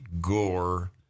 gore